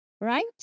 right